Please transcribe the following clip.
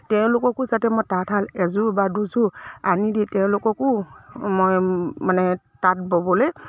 তেওঁলোককো যাতে মই তাঁতশাল এযোৰ বা দুযোৰ আনি দি তেওঁলোককো মই মানে তাঁত ব'বলৈ